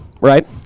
right